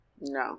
No